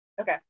Okay